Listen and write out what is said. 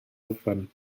alban